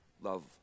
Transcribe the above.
love